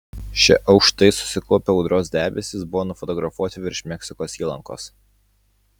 šie aukštai susikaupę audros debesys buvo nufotografuoti virš meksikos įlankos